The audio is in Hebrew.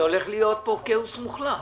הולך להיות פה כאוס מוחלט.